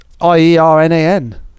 I-E-R-N-A-N